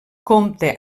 compta